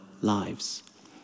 lives